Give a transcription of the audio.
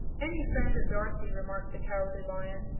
any friend of dorothy, remarked the cowardly lion,